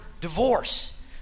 divorce